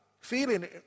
feeling